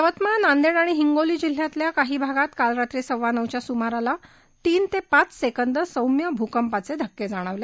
यवतमाळ नांदेड आणि हिंगोली जिल्ह्यातल्या काही भागात काल रात्री सव्वा नऊच्या सुमारास तीन ते पाच सेकंद भूकंपाचे सौम्य धक्के जाणवले